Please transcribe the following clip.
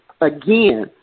again